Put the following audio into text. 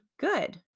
Good